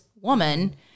woman